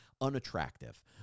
unattractive